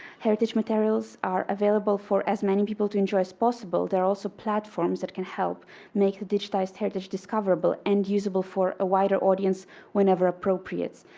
heritage materials are available for as many people to enjoy as possible, there are also platforms that can make digitized heritage discoverable and usable for a wider audience whenever appropriate.